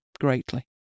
greatly